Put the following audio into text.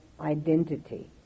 identity